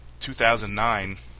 2009